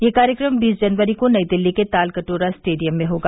यह कार्यक्रम बीस जनवरी को नई दिल्ली के तालकटोरा स्टेडियम में होगा